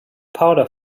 powder